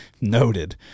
Noted